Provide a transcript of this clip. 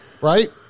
right